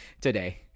today